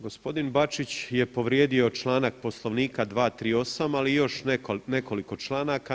Gospodin Bačić je povrijedio članak Poslovnika 238., ali i još nekoliko članaka.